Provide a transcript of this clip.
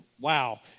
wow